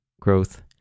growth